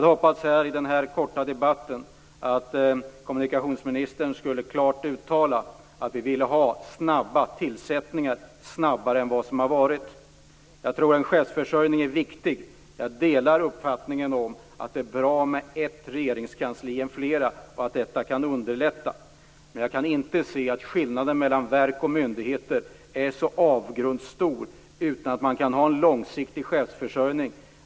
I den här korta debatten hade jag hoppats att kommunikationsministern klart skulle uttala att vi vill ha snabba tillsättningar - snabbare än vad som har varit. Jag tror att det är viktigt med en bra chefsförsörjning. Jag delar uppfattningen att det är bättre med ett regeringskansli än flera och att detta kan underlätta. Jag kan inte se att skillnaden mellan verk och myndigheter är avgrundsstor, utan att man kan ha en långsiktig chefsförsörjning.